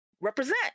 represent